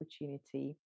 opportunity